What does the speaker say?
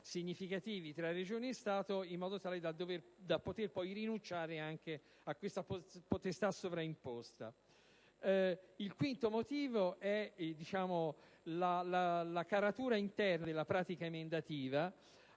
significativi tra Regioni e Stato in modo da poter poi rinunciare anche a questa potestà sovraimposta. Il quinto motivo è la caratura interna della pratica emendativa,